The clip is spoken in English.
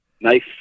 nice